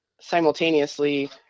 simultaneously